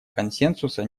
консенсуса